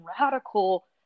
radical